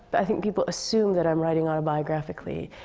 but i think people assume that i'm writing autobiographically.